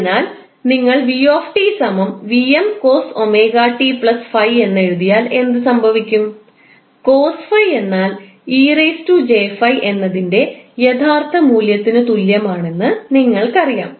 അതിനാൽ നിങ്ങൾ എന്നെഴുതിയാൽ എന്ത് സംഭവിക്കും എന്നാൽ എന്നതിൻറെ യഥാർത്ഥ മൂല്യത്തിന് തുല്യമാണെന്ന് നിങ്ങൾക്കറിയാം